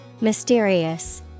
Mysterious